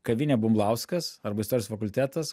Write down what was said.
kavinė bumblauskas arba istorijos fakultetas